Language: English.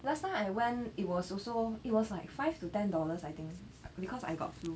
last time I went it was also it was like five to ten dollars I think because I got flu